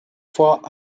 vor